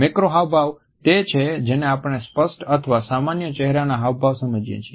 macro હાવભાવ તે છે જેને આપણે સ્પષ્ટ અથવા સામાન્ય ચહેરાના હાવભાવ સમજીએ છીએ